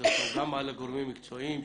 גם על הגורמים המקצועיים.